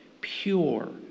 pure